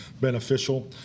beneficial